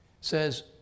says